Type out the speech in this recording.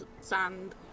sand